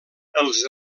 els